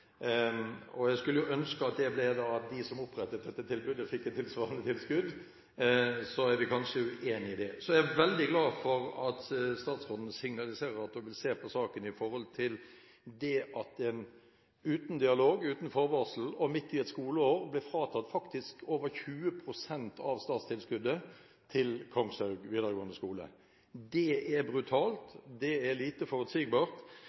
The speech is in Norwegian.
ble slik at de som opprettet dette tilbudet, fikk et tilsvarende tilskudd. Vi er kanskje uenige om det. Så er jeg veldig glad for at statsråden signaliserer at hun vil se på saken med tanke på at en uten dialog, uten forvarsel og midt i et skoleår blir fratatt over 20 pst. av statstilskuddet til Kongshaug videregående skole. Det er brutalt, og det er lite forutsigbart.